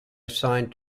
assigned